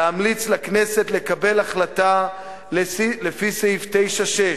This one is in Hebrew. להמליץ לכנסת לקבל החלטה לפי סעיף 9(6)